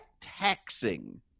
taxing